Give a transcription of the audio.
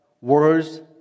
words